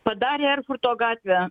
padarė erfurto gatvę